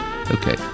Okay